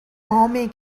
mommy